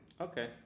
Okay